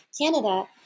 Canada